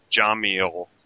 Jamil